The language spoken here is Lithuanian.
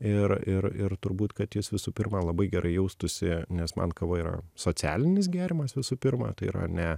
ir ir ir turbūt kad jis visų pirma labai gerai jaustųsi nes man kava yra socialinis gėrimas visų pirma tai yra ne